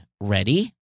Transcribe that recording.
ready